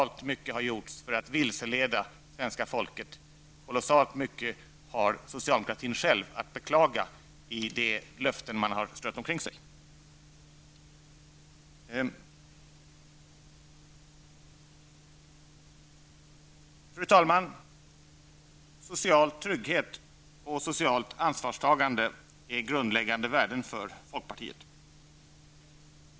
Det har gjorts kolossalt mycket för att vilseleda svenska folket, och socialdemokratin själv har kolossalt mycket att beklaga i de löften man har strött omkring sig. Fru talman! Social trygghet och socialt ansvarstagande är grundläggande värden för folkpartiet.